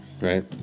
right